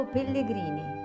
Pellegrini